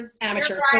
Amateurs